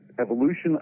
evolution